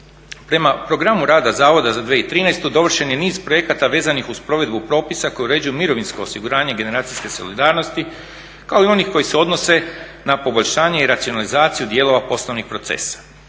Prema programu rada zavoda za 2013. dovršen je niz projekata vezanih uz provedbu propisa koji uređuju mirovinsko osiguranje generacijske solidarnosti kao i onih koji se odnose na poboljšanje i racionalizaciju dijelova poslovnih procesa.